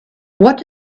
what